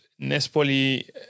Nespoli